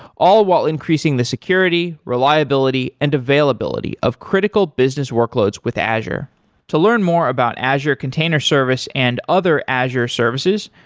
all while increasing the security, reliability and availability of critical business workloads with azure to learn more about azure container service and other azure services,